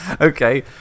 Okay